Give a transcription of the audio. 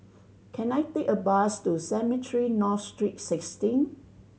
can I take a bus to Cemetry North Street Sixteen